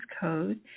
Code